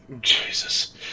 Jesus